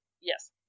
Yes